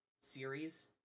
series